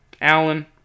Allen